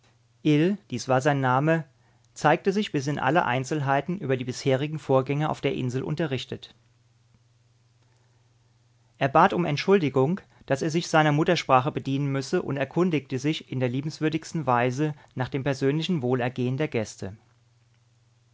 dies war sein name zeigte sich bis in alle einzelheiten über die bisherigen vorgänge auf der insel unterrichtet er bat um entschuldigung daß er sich seiner muttersprache bedienen müsse und erkundigte sich in der liebenswürdigsten weise nach dem persönlichen wohlergehen der gäste